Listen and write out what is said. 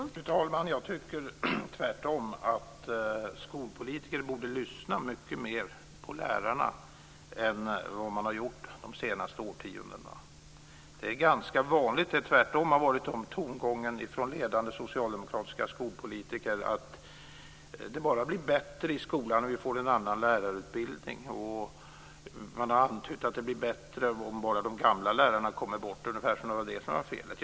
Fru talman! Jag tycker tvärtom att skolpolitiker borde lyssna mycket mer på lärarna än vad man gjort de senaste årtiondena. Det är ganska vanligt att det tvärtom varit den tongången från ledande socialdemokratiska skolpolitiker att det bara blir bättre i skolan om vi får en annan lärarutbildning. Man har antytt att det blir bättre om bara de gamla lärarna kommer bort, ungefär som om det var de som var felet.